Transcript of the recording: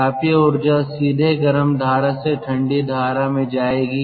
तापीय ऊर्जा सीधे गर्म धारा से ठंडी धारा में जाएगी